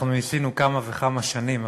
אנחנו ניסינו כמה וכמה שנים.